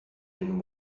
been